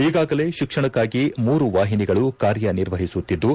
ಈಗಾಗಲೇ ಶಿಕ್ಷಣಕ್ಕಾಗಿ ಮೂರು ವಾಹಿನಿಗಳು ಕಾರ್ಯನಿರ್ವಹಿಸುತ್ತಿದ್ದು